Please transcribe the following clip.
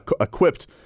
equipped